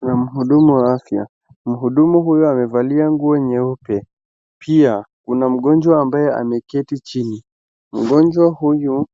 Kuna mhudumu wa afya, mhudumu huyu amevalia nguo nyeuep. Pia kuna mgonjwa amabye ameketi chini, mgonjwa huyu